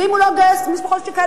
ואם הוא לא מגייס מספיק משפחות כאלה,